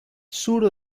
sur